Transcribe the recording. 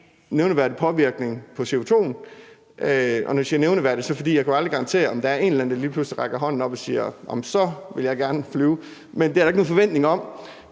nævneværdig påvirkning på CO2'en. Og når jeg siger nævneværdig, er det, fordi jeg jo aldrig kan garantere, om der er en eller anden, der lige pludselig rækker hånden op og siger: Nå, men så vil jeg gerne flyve. Men det er der ikke nogen forventning om.